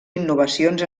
innovacions